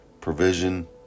provision